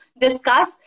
discuss